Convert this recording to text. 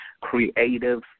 creative